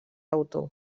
autor